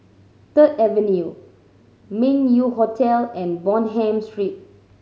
Third Avenue Meng Yew Hotel and Bonham Street